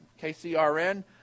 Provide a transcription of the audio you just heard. kcrn